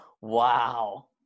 Wow